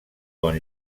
bon